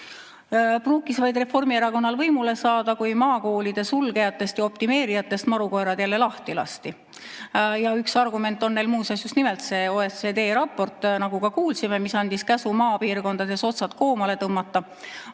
Pruukis vaid Reformierakonnal võimule saada, kui maakoolide sulgejatest ja optimeerijatest marukoerad jälle lahti lasti. Üks argument on neil muuseas just nimelt, nagu ka kuulsime, see OECD raport, mis andis käsu maapiirkondades otsad koomale tõmmata.